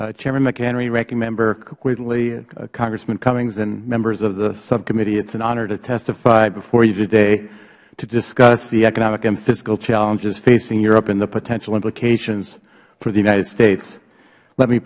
quigley congressman cummings and members of the subcommittee it is an honor to testify before you today to discuss the economic and fiscal challenges facing europe and the potential implications for the united states let me